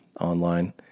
online